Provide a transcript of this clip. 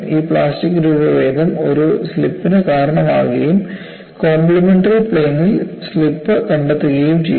ഈ പ്ലാസ്റ്റിക് രൂപഭേദം ഒരു സ്ലിപ്പിന് കാരണമാവുകയും കോംപ്ലിമെന്ററി പ്ലെയിനിൽ സ്ലിപ്പ് കണ്ടെത്തുകയും ചെയ്യുന്നു